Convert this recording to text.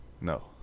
No